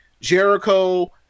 Jericho